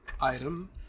item